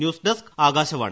news desk Akashvani